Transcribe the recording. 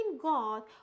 God